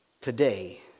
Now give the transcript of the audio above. Today